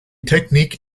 technik